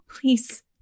please